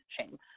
shame